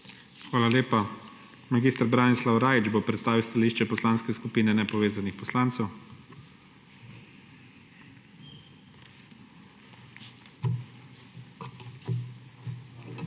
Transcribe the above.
Hvala lepa. Mag. Branislav Rajić bo predstavil stališče Poslanske skupine nepovezanih poslancev. Izvolite.